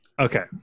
okay